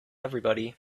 everybody